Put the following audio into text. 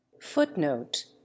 footnote